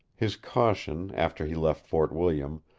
his caution, after he left fort william,